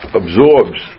absorbs